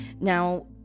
Now